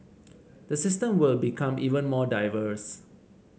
the system will become even more diverse